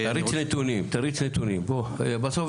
אז אני